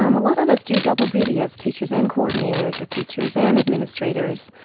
um a lot of us do double duty as teachers and coordinators or teachers and administrators.